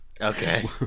Okay